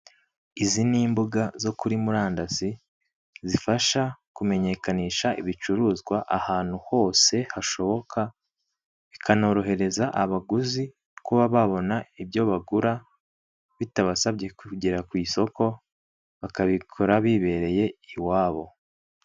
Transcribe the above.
Izi ni imbuga zo kuri murandasi zifasha kumenyekanisha ibicuruzwa ahantu hose hashoboka, zikanorohereza abaguzi kuba babona ibyo bagura bitabasabye kugera ku isoko, bakabikora bibereye iwabo.